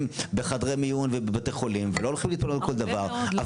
בחדרי מיון ובבתי חולים ולא הולכים להתפנות על כל דבר,